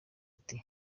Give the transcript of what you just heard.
iti